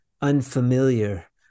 unfamiliar